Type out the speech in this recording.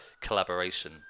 collaboration